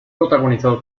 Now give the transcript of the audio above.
protagonizada